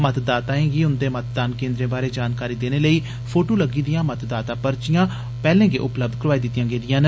मतदाताएं गी उंदे मतदान केन्द्रें बारै जानकारी देने लेई फोटू लग्गी दिआं मतदाता पर्चियां पैहले गै उपलब्ध कराई दितियां गेदियां न